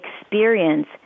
experience